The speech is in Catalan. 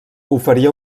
oferia